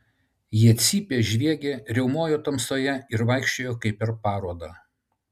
jie cypė žviegė riaumojo tamsoje ir vaikščiojo kaip per parodą